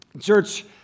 Church